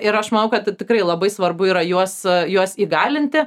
ir aš manau kad tai tikrai labai svarbu yra juos juos įgalinti